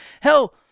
Hell